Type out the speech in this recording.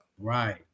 Right